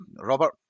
Robert